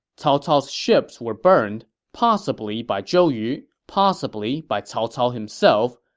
cao cao's ships were burned, possibly by zhou yu, possibly by cao cao himself,